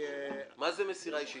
מה זה מסירה אישית?